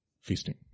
feasting